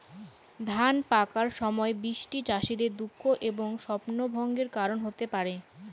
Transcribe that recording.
ধান পাকার সময় বৃষ্টি চাষীদের দুঃখ এবং স্বপ্নভঙ্গের কারণ হতে পারে